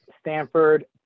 Stanford